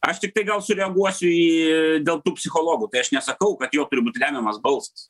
aš tiktai gal sureaguosiu į dėl tų psichologų tai aš nesakau kad jo turi būt lemiamas balsas